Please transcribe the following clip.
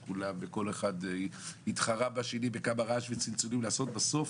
כל אחד התחרה בשני בכמה רעש לעשות, בסוף